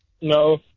no